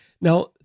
Now